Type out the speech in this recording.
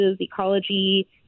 ecology